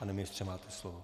Pane ministře, máte slovo.